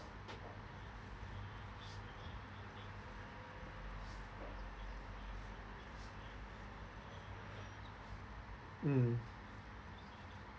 mm